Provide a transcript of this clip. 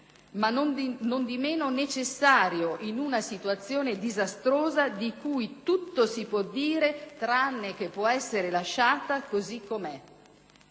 ma nondimeno necessario in una situazione disastrosa di cui tutto si può dire tranne che può essere lasciata così com'è.